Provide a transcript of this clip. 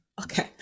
Okay